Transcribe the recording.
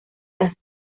las